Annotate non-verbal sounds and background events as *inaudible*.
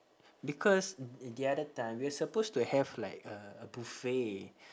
because *noise* the other time we are supposed to have like a buffet